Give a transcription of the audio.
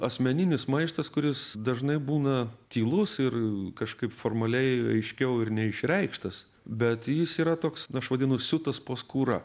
asmeninis maištas kuris dažnai būna tylus ir kažkaip formaliai aiškiau ir neišreikštas bet jis yra toks na aš vadinu siutas po skūra